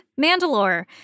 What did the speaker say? Mandalore